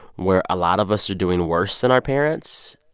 where a lot of us are doing worse than our parents.